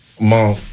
Mom